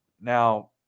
Now